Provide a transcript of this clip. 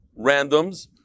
randoms